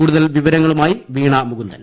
കൂടുതൽ വിവരങ്ങളുമായി വീണാ മുക്കുന്ദൻ